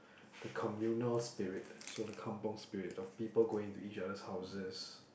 the communal spirit so the kampung Spirit of people going to each other houses